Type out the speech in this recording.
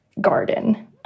garden